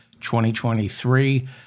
2023